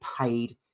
paid